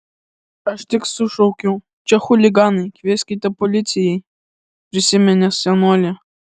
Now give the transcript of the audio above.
aš tik sušaukiau čia chuliganai kvieskite policijai prisiminė senolė